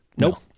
Nope